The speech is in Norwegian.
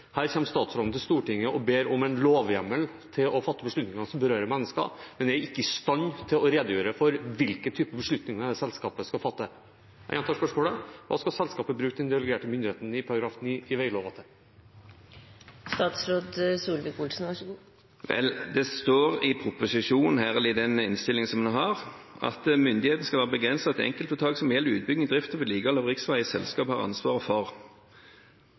Her kommer statsråden til Stortinget og ber om en lovhjemmel til å fatte beslutninger som berører mennesker, men er ikke i stand til å redegjøre for hvilke typer beslutninger selskapet skal fatte. Jeg gjentar spørsmålet: Hva skal selskapet bruke den delegerte myndigheten etter § 9 i veglova til? Det står i proposisjonen, eller i den innstillingen som en har: «Myndigheten skal være begrenset til enkeltvedtak som gjelder utbygging, drift og vedlikehold av riksveger selskapet har ansvaret for.»